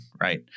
right